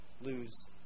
lose